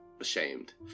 ashamed